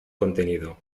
contenido